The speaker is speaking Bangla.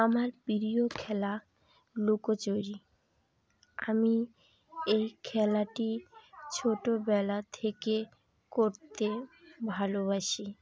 আমার প্রিয় খেলা লুকোচুরি আমি এই খেলাটি ছোটোবেলা থেকে করতে ভালোবাসি